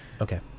okay